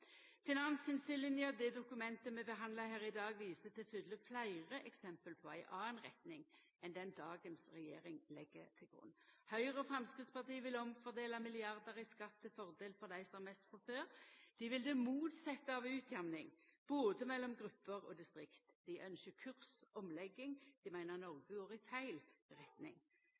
Finansinnstillinga, det dokumentet vi handsamar her i dag, viser til fulle fleire døme på ei anna retning enn den dagens regjering legg til grunn. Høgre og Framstegspartiet vil fordela om milliardar i skatt til fordel for dei som har mest frå før, dei vil det motsette av utjamning både mellom grupper og distrikt. Dei ynskjer kursomlegging. Dei meiner Noreg går i feil retning.